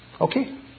Okay